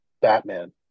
Batman